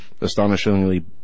Astonishingly